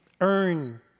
earn